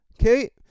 Okay